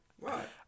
Right